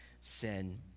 sin